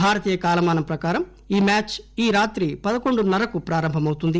భారతీయ కాలమాన ప్రకారం ఈ మ్యాచ్ ఈ రాత్రి పదకొండున్న రకు ప్రారంభమౌతుంది